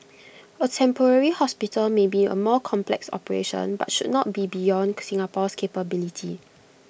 A temporary hospital may be A more complex operation but should not be beyond Singapore's capability